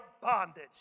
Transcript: bondage